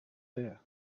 there